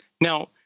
Now